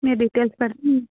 మీ details పెడితే